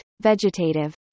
Vegetative